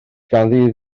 ganddi